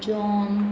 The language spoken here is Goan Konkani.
जॉन